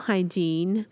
Hygiene